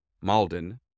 Malden